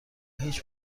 هیچ